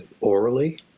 orally